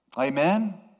Amen